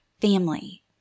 family